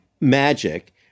magic